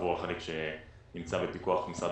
עבור החלק שנצא בפיקוח משרד